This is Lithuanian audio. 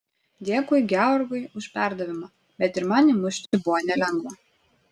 dėkui georgui už perdavimą bet ir man įmušti buvo nelengva